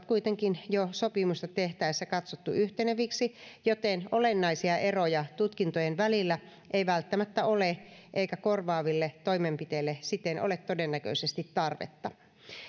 kuitenkin jo sopimusta tehtäessä katsottu yhteneviksi joten olennaisia eroja tutkintojen välillä ei välttämättä ole eikä korvaaville toimenpiteille siten ole todennäköisesti tarvetta